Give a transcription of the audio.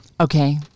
Okay